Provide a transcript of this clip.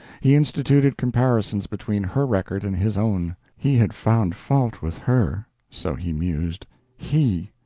he instituted comparisons between her record and his own. he had found fault with her so he mused he!